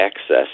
access